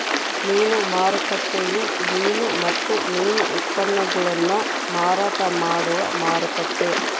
ಮೀನು ಮಾರುಕಟ್ಟೆಯು ಮೀನು ಮತ್ತು ಮೀನು ಉತ್ಪನ್ನಗುಳ್ನ ಮಾರಾಟ ಮಾಡುವ ಮಾರುಕಟ್ಟೆ